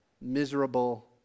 miserable